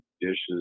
dishes